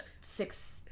six-